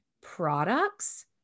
products